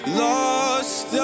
lost